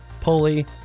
pulley